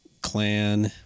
clan